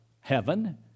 heaven